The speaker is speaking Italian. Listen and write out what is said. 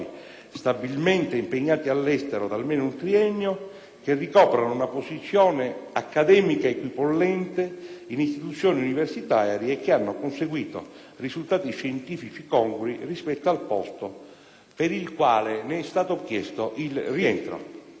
stabilmente impegnati all'estero da almeno un triennio, che ricoprano una posizione accademica equipollente in istituzioni universitarie e che abbiano conseguito risultati scientifici congrui rispetto al posto per il quale ne è chiesto il rientro.